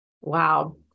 Wow